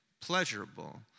pleasurable